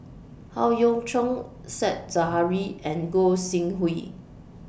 Howe Yoon Chong Said Zahari and Gog Sing Hooi